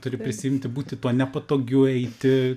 turi prisiimti būti tuo nepatogiu eiti